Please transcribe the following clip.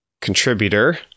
contributor